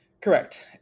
Correct